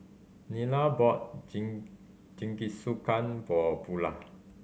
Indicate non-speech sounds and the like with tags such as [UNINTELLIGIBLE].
Nila bought [UNINTELLIGIBLE] Jingisukan for Bula